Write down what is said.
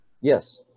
Yes